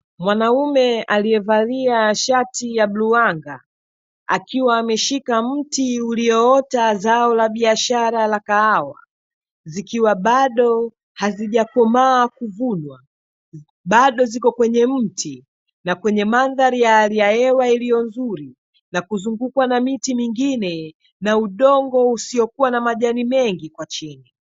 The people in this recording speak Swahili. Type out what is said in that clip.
Mwanaume aliyevalia shati la bluu anga, akiwa ameshika mti ulioota zao la biashara la kahawa zikiwa bado hazijakomaa kuvunwa, bado ziko kwenye mti, na kwenye mandhari ya hali ya hewa iliyo nzuri na kuzungukwa na miti mingine na udongo usio na majani mengi kwa chini.